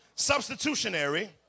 substitutionary